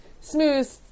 smooth